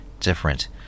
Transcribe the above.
different